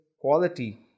quality